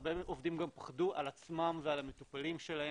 הרבה עובדים גם פחדו על עצמם ועל המטופלים שלהם.